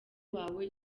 wawe